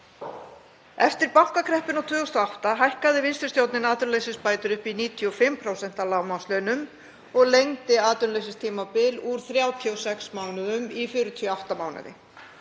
Eftir bankakreppuna 2008 hækkaði vinstri stjórnin atvinnuleysisbætur upp í 95% af lágmarkslaunum og lengdi atvinnuleysistímabilið úr 36 mánuðum í 48 mánuði.